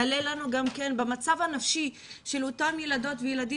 יעלה לנו גם במצב הנפשי של אותם ילדים וילדות,